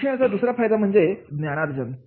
शिक्षणाचा दुसरा फायदा म्हणजे ज्ञानार्जन